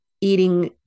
eating